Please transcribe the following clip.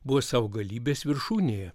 buvo savo galybės viršūnėje